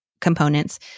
components